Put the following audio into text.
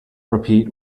repeat